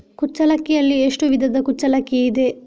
ಕುಚ್ಚಲಕ್ಕಿಯಲ್ಲಿ ಎಷ್ಟು ವಿಧದ ಕುಚ್ಚಲಕ್ಕಿ ಇದೆ?